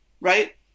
Right